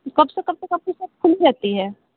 कब से कब तक आपकी सॉप खुली रहती है